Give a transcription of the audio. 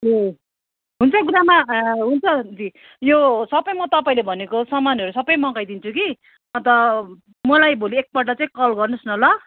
ए हुन्छ गुरुआमा हुन्छ दिदी यो सबै म तपाईँले भनेको सामानहरू सबै मगाइदिन्छु कि अन्त मलाई भोलि एकपल्ट चाहिँ कल गर्नुहोस् न ल